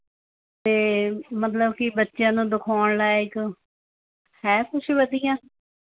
ਅਤੇ ਮਤਲਬ ਕੀ ਬੱਚਿਆਂ ਨੂੰ ਦਖਾਉਣ ਲਾਇਕ ਹੈ ਕੁਝ ਵਧੀਆ